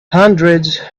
hundreds